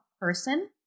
person